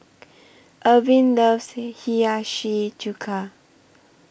Ervin loves Hiyashi Chuka